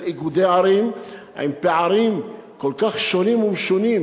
איגודי ערים עם פערים כל כך שונים ומשונים,